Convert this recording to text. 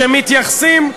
שמתייחסים,